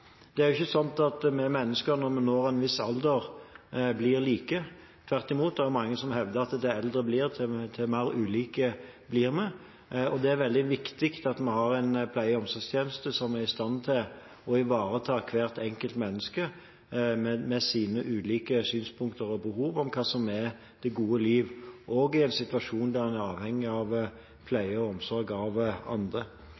Det er ikke sånn at vi mennesker, når vi når en viss alder, blir like. Tvert imot er det mange som hevder at jo eldre vi blir, jo mer ulike blir vi. Det er veldig viktig at vi har en pleie- og omsorgstjeneste som er i stand til å ivareta hvert enkelt menneske og dets ulike behov og synspunkter på hva som er det gode liv, også i en situasjon der man er avhengig av